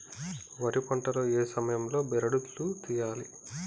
వరి పంట లో ఏ సమయం లో బెరడు లు తియ్యాలి?